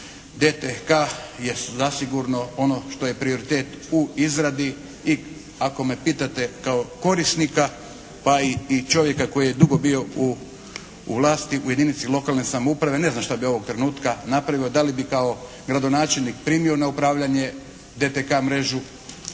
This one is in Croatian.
DTK je zasigurno ono što je prioritet u izradi i ako me pitate kao korisnika pa i čovjeka koji je dugo bio u vlasti, u jedinici lokalne samouprave ne znam što bih ovog trenutka napravio, da li bi kao gradonačelnik primio na upravljanje DTK mrežu,